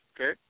Okay